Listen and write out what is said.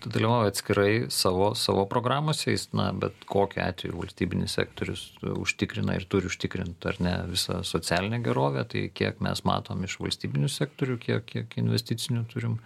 dalyvauja atskirai savo savo programose jis na bet kokiu atveju valstybinis sektorius užtikrina ir turi užtikrint ar ne visą socialinę gerovę tai kiek mes matom iš valstybinių sektorių kiek kiek investicinių turim